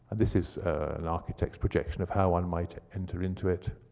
this is an architect's projection of how one might enter into it.